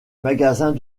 magasins